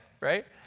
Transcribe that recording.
right